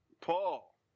Paul